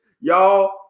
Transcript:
Y'all